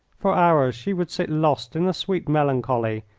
for hours she would sit lost in a sweet melancholy,